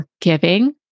forgiving